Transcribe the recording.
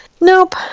Nope